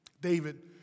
David